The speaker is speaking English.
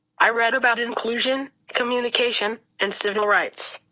i read about inclusion, communication, and civil rights.